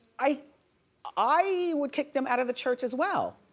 i i would kick them out of the church as well.